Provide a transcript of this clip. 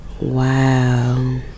Wow